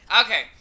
Okay